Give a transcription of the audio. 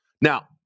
Now